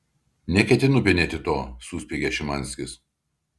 neketinu penėti to suspiegė šimanskis